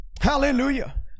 hallelujah